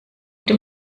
dem